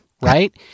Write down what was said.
right